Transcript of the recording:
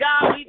God